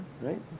Right